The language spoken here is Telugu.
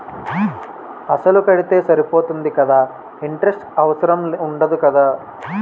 అసలు కడితే సరిపోతుంది కదా ఇంటరెస్ట్ అవసరం ఉండదు కదా?